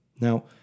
Now